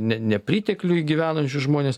ne nepritekliuj gyvenančius žmones